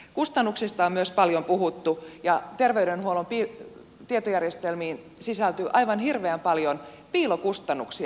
kustannuksista on myös paljon puhuttu ja terveydenhuollon tietojärjestelmiin sisältyy aivan hirveän paljon piilokustannuksia